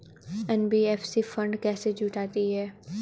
NBFC fund कैसे जुटाती है?